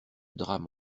drame